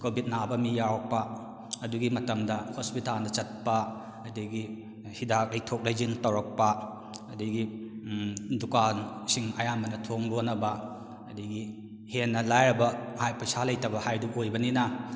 Covid ꯅꯥꯕ ꯃꯤ ꯌꯥꯎꯔꯛꯄ ꯑꯗꯨꯒꯤ ꯃꯇꯝꯗ ꯍꯣꯁꯄꯤꯇꯥꯜꯗ ꯆꯠꯄ ꯑꯗꯒꯤ ꯍꯤꯗꯥꯛ ꯂꯩꯊꯣꯛ ꯂꯩꯁꯤꯟ ꯇꯧꯔꯛꯄ ꯑꯗꯒꯤ ꯗꯨꯀꯥꯟꯁꯤꯡ ꯑꯌꯥꯝꯕꯅ ꯊꯣꯡ ꯂꯣꯟꯅꯕ ꯑꯗꯒꯤ ꯍꯦꯟꯅ ꯂꯥꯏꯔꯕ ꯄꯩꯁꯥ ꯂꯩꯇꯕ ꯍꯥꯏꯕꯗꯨ ꯑꯣꯏꯕꯅꯤꯅ